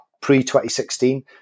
pre-2016